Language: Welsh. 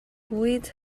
bwyd